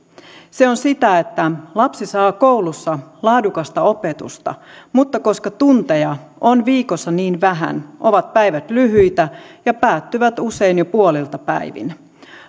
se on sitä että lapsi saa koulussa laadukasta opetusta mutta koska tunteja on viikossa niin vähän ovat päivät lyhyitä ja päättyvät usein jo puoliltapäivin